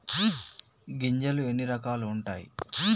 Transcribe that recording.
గింజలు ఎన్ని రకాలు ఉంటాయి?